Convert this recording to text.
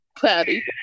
patty